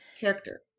character